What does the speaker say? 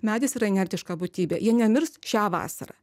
medis yra inertiška būtybė jie nemirs šią vasarą